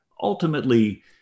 ultimately